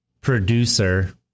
producer